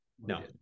no